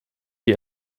die